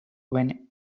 when